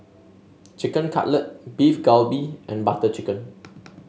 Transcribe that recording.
Chicken Cutlet Beef Galbi and Butter Chicken